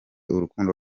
urukundo